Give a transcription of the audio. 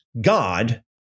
God